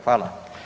Hvala.